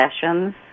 sessions